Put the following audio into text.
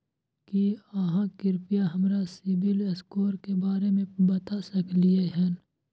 की आहाँ कृपया हमरा सिबिल स्कोर के बारे में बता सकलियै हन?